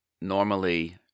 Normally